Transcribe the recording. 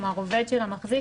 עובד של המחזיק,